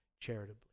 charitably